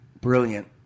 Brilliant